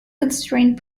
constraint